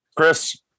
Chris